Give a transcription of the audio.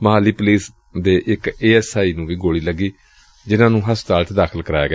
Mohali police ਏ ਇਕ A S I ਨੂੰ ਵੀ ਗੋਲੀ ਲੱਗੀ ਜਿਨੂਂ ਨੁੰ ਹਸਤਪਾਲ ਚ ਦਾਖਲ ਕਰਵਾਇਆ ਗਿਆ